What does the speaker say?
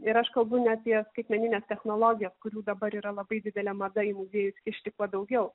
ir aš kalbu ne apie skaitmenines technologijas kurių dabar yra labai didelė mada į muziejus kišti kuo daugiau